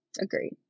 agreed